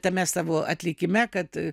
tame savo atlikime kad